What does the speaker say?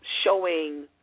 showing